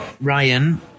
Ryan